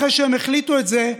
אחרי שהם החליטו את זה,